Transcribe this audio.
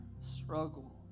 struggle